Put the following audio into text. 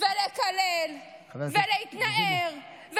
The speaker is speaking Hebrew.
ולקלל ולהתנער,